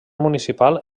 municipal